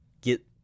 get